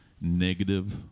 negative